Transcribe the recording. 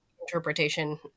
interpretation